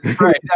Right